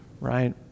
Right